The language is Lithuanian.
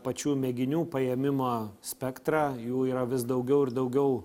pačių mėginių paėmimo spektrą jų yra vis daugiau ir daugiau